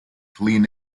clean